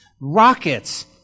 Rockets